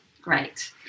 Great